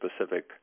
specific